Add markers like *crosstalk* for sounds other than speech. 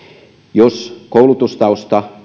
jos koulutustausta *unintelligible*